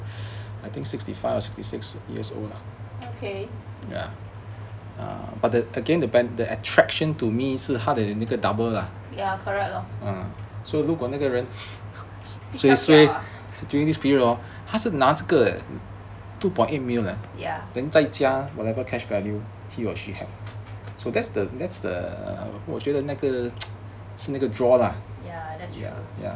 okay ya correct lor ya that's true